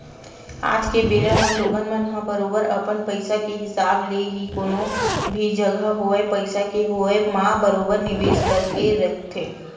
आज के बेरा लोगन मन ह बरोबर अपन पइसा के हिसाब ले ही कोनो भी जघा होवय पइसा के होवब म बरोबर निवेस करके रखथे